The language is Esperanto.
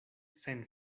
sen